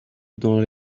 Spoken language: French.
dans